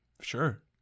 sure